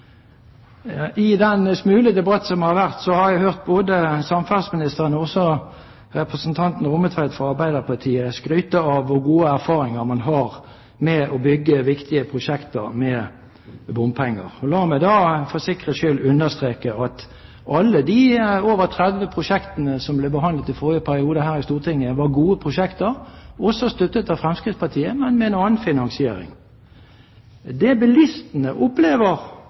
I den smule debatt som har vært, har jeg hørt både samferdselsministeren og representanten Rommetveit fra Arbeiderpartiet skryte av hvor gode erfaringer man har med å bygge viktige prosjekter med bompenger. La meg da for sikkerhets skyld understreke at alle de over 30 prosjektene som ble behandlet her i Stortinget i forrige periode, var gode prosjekter og også støttet av Fremskrittspartiet, men med en annen finansiering. Det bilistene opplever